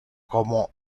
como